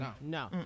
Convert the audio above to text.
no